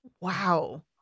Wow